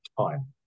time